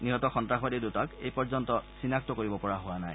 নিহত সন্ত্ৰাসবাদী দুটাক এই পৰ্যন্ত চিনাক্ত কৰিব পৰা হোৱা নাই